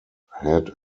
had